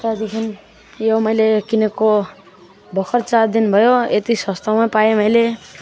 त्यहाँदेखिन् यो मैले किनेको भर्खर चारदिन भयो यति सस्तोमा पाएँ मैले